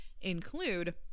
include